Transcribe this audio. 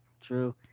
true